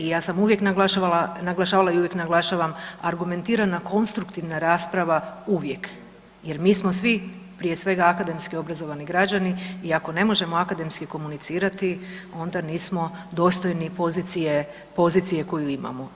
I ja sam uvijek naglašavala i uvijek naglašavam argumentirana, konstruktivna rasprava uvijek, jer mi smo svi prije svega akademski obrazovani građani i ako ne možemo akademski komunicirati onda nismo dostojni pozicije koju imamo.